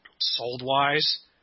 sold-wise